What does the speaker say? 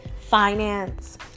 finance